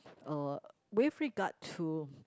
uh with regard to